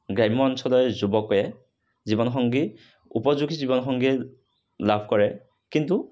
গ্ৰাম্য অঞ্চলৰ যুৱকে জীৱনসংগী উপযোগী জীৱনসংগীয়ে লাভ কৰে কিন্তু